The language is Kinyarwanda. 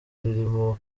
ririmo